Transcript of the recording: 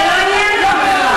זה לא עניין אותם בכלל.